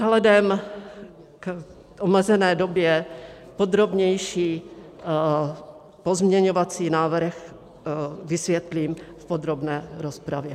Vzhledem k omezené době podrobněji pozměňovací návrh vysvětlím v podrobné rozpravě.